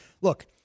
Look –